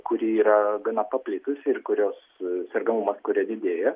kuri yra gana paplitusi ir kurios sergamumas kuria didėja